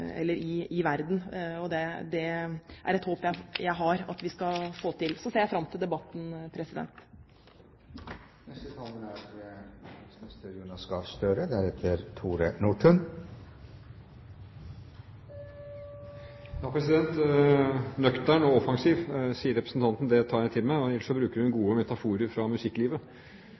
eller annet tidspunkt vil lykkes i å fjerne bruken av utarmet uran i verden. Jeg har et håp om at vi skal få det til. Jeg ser fram til debatten. «Nøktern, men offensiv», sa representanten. Det tar jeg til meg. Ellers bruker hun gode metaforer fra musikklivet.